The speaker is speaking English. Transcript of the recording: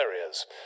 areas